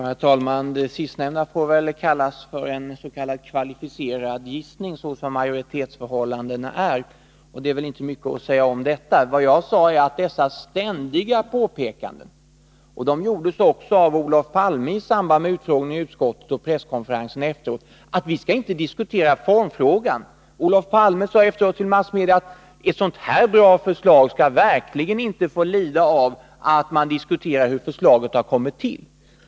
Herr talman! Det sistnämnda får väl kallas för en s.k. kvalificerad gissning, såsom majoritetsförhållandena är. Det är inte mycket att säga om detta. Vad jag avsåg var dessa ständiga påpekanden — som gjordes även av Olof Palme i samband med utfrågningen i utskottet och presskonferensen efteråt — att vi inte skall diskutera formfrågan. Olof Palme sade efteråt till massmedia att ett så här bra förslag verkligen inte skall få lida av att man diskuterar hur förslaget har kommit till.